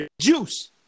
Juice